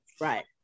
right